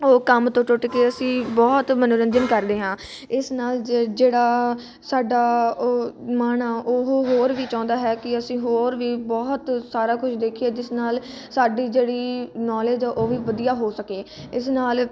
ਉਹ ਕੰਮ ਤੋਂ ਟੁੱਟ ਕੇ ਅਸੀਂ ਬਹੁਤ ਮਨੋਰੰਜਨ ਕਰਦੇ ਹਾਂ ਇਸ ਨਾਲ ਜਿ ਜਿਹੜਾ ਸਾਡਾ ਉਹ ਮਨ ਆ ਉਹ ਹੋਰ ਵੀ ਚਾਹੁੰਦਾ ਹੈ ਕਿ ਅਸੀਂ ਹੋਰ ਵੀ ਬਹੁਤ ਸਾਰਾ ਕੁਝ ਦੇਖੀਏ ਜਿਸ ਨਾਲ ਸਾਡੀ ਜਿਹੜੀ ਨੌਲੇਜ ਆ ਉਹ ਵੀ ਵਧੀਆ ਹੋ ਸਕੇ ਇਸ ਨਾਲ